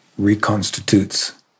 reconstitutes